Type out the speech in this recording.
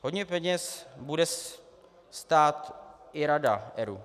Hodně peněz bude stát i rada ERÚ.